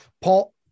Paul